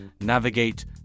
navigate